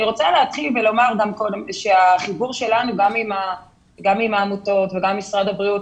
אני רוצה לומר שיש לנו חיבור גם עם העמותות וגם עם משרד הבריאות,